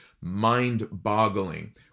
mind-boggling